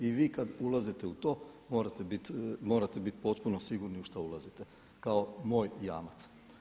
I vi kad ulazite u to morate biti potpuno sigurni u šta ulazite kao moj jamac.